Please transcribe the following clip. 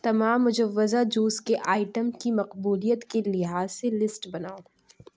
تمام مجوزہ جوس کے آئٹم کی مقبولیت کے لحاظ سے لسٹ بناؤ